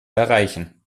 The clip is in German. erreichen